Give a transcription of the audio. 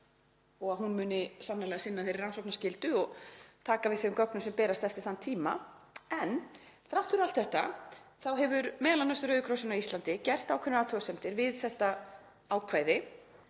og að hún muni sannarlega sinna þeirri rannsóknarskyldu og taka við þeim gögnum sem berast eftir þann tíma. Þrátt fyrir allt þetta hefur m.a. Rauði krossinn á Íslandi gert ákveðnar athugasemdir við þetta ákvæði